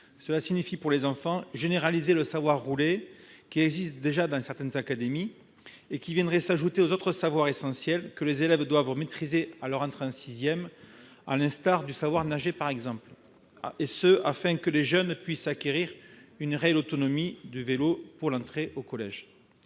Cela signifie, pour les enfants, généraliser le « savoir rouler », qui existe déjà dans certaines académies, et qui viendrait s'ajouter aux autres savoirs essentiels que les élèves doivent maîtriser à leur entrée en sixième, le « savoir nager » par exemple, et ce afin que les jeunes puissent acquérir une réelle autonomie à vélo en vue de l'entrée au collège.